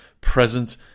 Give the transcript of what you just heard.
present